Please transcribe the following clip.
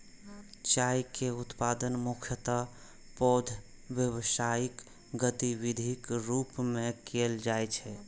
चाय के उत्पादन मुख्यतः पैघ व्यावसायिक गतिविधिक रूप मे कैल जाइ छै